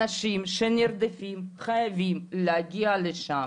אנשים שנרדפים חייבים להגיע לשם,